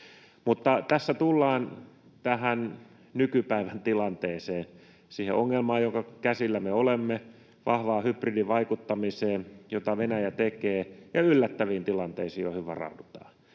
tässä tullaan tähän nykypäivän tilanteeseen, siihen ongelmaan, jonka käsillä me olemme, vahvaan hybridivaikuttamiseen, jota Venäjä tekee, ja yllättäviin tilanteisiin, joihin varaudutaan.